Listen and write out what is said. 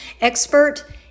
expert